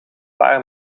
paar